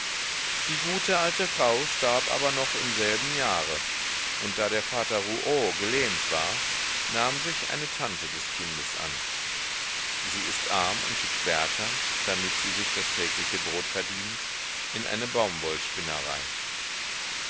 die gute alte frau starb aber noch im selben jahre und da der vater rouault gelähmt war nahm sich eine tante des kindes an sie ist arm und schickt berta damit sie sich das tägliche brot verdient in eine baumwollspinnerei